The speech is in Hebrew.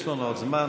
יש לנו עוד זמן,